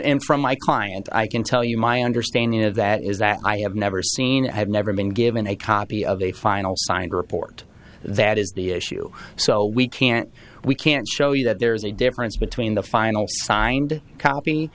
from my client i can tell you my understanding of that is that i have never seen i've never been given a copy of a final signed report that is the issue so we can't we can't show you that there is a difference between the final signed copy